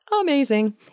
amazing